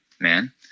man